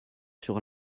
sur